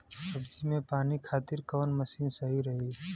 सब्जी में पानी खातिन कवन मशीन सही रही?